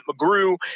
McGrew